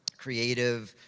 creative,